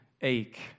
ache